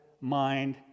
mind